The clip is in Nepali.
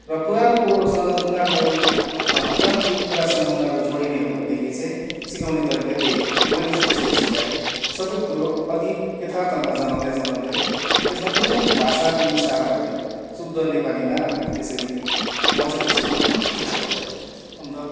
र पुरानो कुरोसँग उनीहरूको पुरानो कुरासँग उनीहरू जोडिने हो भनेदेखि चाहिँ सिकाउने तरिका त्यही हो मैले चाहिँ त्यसेरी सिकाएँ सबै कुरो अलिक यथार्थमा जनाउँदै जनाउँदै त्यसमा कुनै भाषा मिसाएर होइन शुद्ध नेपालीमा हामीले त्यसरी म चाहिँ त्यसो गर्ने गर्द्छु हो अन्त